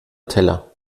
teller